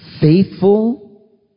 faithful